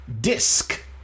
Disc